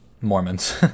Mormons